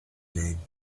name